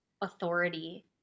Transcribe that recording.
authority